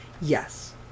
Yes